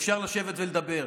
אפשר לשבת ולדבר.